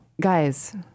guys